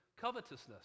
covetousness